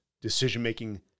decision-making